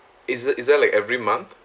is it is there like every month